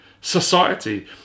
society